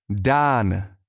Dan